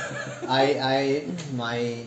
I I my